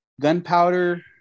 gunpowder